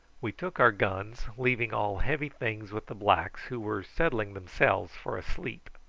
we took our guns, leaving all heavy things with the blacks, who were settling themselves for a sleep.